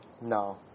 No